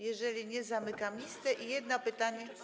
Jeżeli nie, zamykam listę i jedno pytanie.